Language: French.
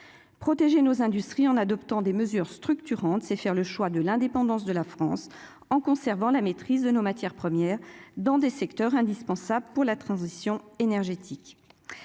protéger nos industries en adoptant des mesures structurantes, c'est faire le choix de l'indépendance de la France en conservant la maîtrise de nos matières premières dans des secteurs indispensables pour la transition énergétique,